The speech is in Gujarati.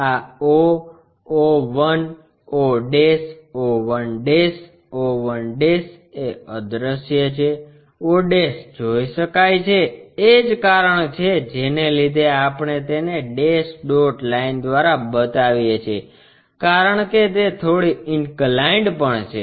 આ o o 1 o o 1 o 1 એ અદૃશ્ય છે o જોઈ શકાય છે એ જ કારણ છે જેને લીધે આપણે તેને ડેશ ડોટ લાઇન દ્વારા બતાવીએ છીએ કારણ કે તે થોડી ઇન્કલાઈન્ડ પણ છે